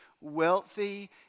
wealthy